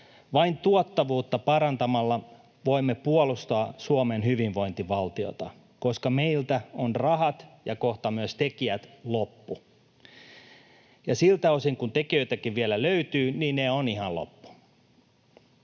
Vain tuottavuutta parantamalla voimme puolustaa Suomen hyvinvointivaltiota, koska meiltä on rahat ja kohta myös tekijät loppu, ja siltä osin kuin tekijöitä vielä löytyykin, niin he ovat ihan loppu.